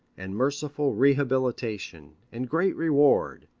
and merciful rehabilitation and great reward.